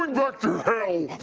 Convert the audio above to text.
and back to hell,